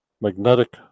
magnetic